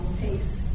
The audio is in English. pace